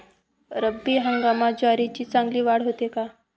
रब्बी हंगामात ज्वारीची चांगली वाढ होते का?